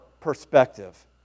perspective